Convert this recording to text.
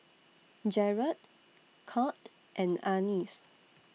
Jarrod Curt and Anice